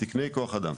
תקנים, תקני כוח אדם.